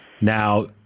Now